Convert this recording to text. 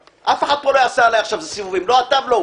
אף אחד לא יעשה עליי פה סיבובים - לא אתה ולא הוא.